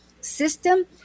system